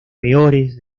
peores